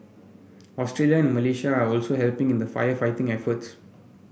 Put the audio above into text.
Australia and Malaysia are also helping in the firefighting efforts